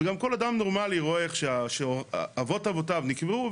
וכל אדם נורמלי רואה איך אבות אבותיו נקברו,